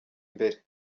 imbere